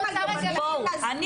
אני